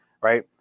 right